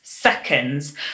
seconds